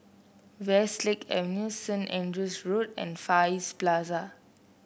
Westlake Avenue Saint Andrew's Road and Far East Plaza